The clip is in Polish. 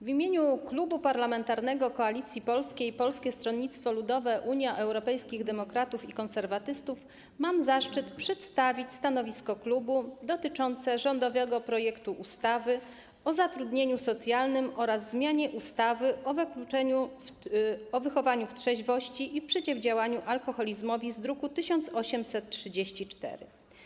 W imieniu Klubu Parlamentarnego Koalicja Polska - Polskie Stronnictwo Ludowe, Unia Europejskich Demokratów, Konserwatyści mam zaszczyt przedstawić stanowisko klubu dotyczące rządowego projektu ustawy o zmianie ustawy o zatrudnieniu socjalnym oraz o zmianie ustawy o wychowaniu w trzeźwości i przeciwdziałaniu alkoholizmowi z druku nr 1834.